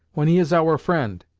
when he is our friend,